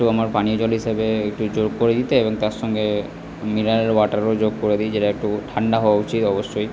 একটু আমার পানীয় জল হিসাবে একটু যোগ করে দিতে এবং তার সঙ্গে মিনারেল ওয়াটারও যোগ করে দি যেটা একটু ঠান্ডা হওয়া উচিত অবশ্যই